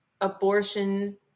abortion